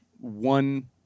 one